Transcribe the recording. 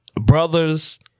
Brothers